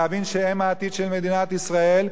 להבין שהם העתיד של מדינת ישראל,